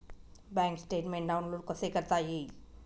Bank statement download कसे करता येईल?